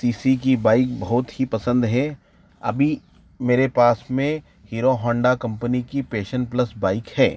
सी C की bike बहुत ही पसंद है अभी मेरे पास में हीरो होंडा कंपनी की पेशन प्लस बाइक है